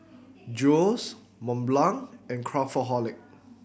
Julie's Mont Blanc and Craftholic